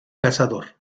cazador